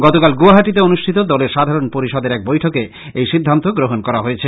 গতকাল গৌহাটিতে অনুষ্ঠিত দলের সাধারণ পরিষদের এক বৈঠকে এই সিদ্ধান্ত গ্রহণ করা হয়েছে